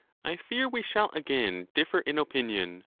i fear we shall again differ in opinion.